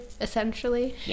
essentially